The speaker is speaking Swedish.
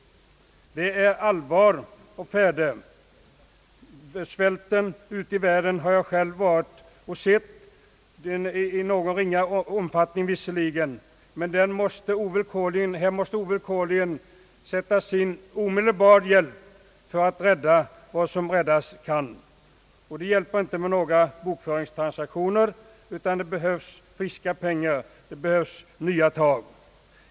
Det är allvar å färde. Jag har själv sett svälten ute i världen, låt vara i ringa omfattning. Här måste man ovillkorligen sätta in omedelbar hjälp för att rädda vad som räddas kan. Det hjälper inte med några bokföringstransaktioner, det behövs friska pengar, det behövs nya tag.